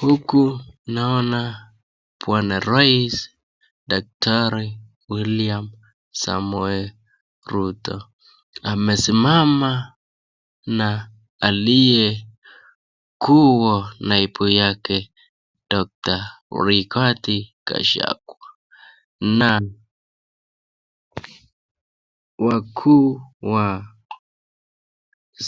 Huku naona bwana rais Daktari William Samoei Ruto, amesimama aliye kua naibu yake Doctor Rigathi Gachagua na wakuu wa